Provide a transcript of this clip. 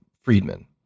Friedman